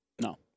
no